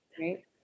Right